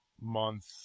month